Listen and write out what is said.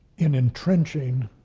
in entrenching